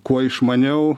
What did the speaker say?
kuo išmaniau